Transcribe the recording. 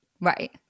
Right